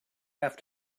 have